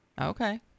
Okay